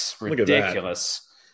ridiculous